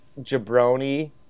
jabroni